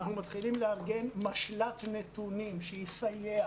אנחנו מתחילים לארגן משל"ט נתונים שיסייע